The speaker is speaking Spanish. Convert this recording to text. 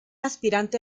aspirante